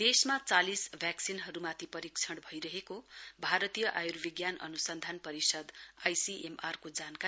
देशमा चालिस भेकसिनहरुमाथि परीक्षण भइरहेको भारतीय आर्युविज्ञान अनुसन्धान परिषद आईसीएमआर के जानकारी